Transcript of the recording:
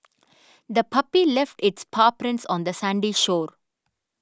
the puppy left its paw prints on the sandy shore